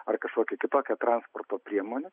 ar kažkokia kitokia transporto priemone